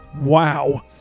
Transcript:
Wow